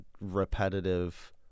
repetitive